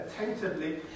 attentively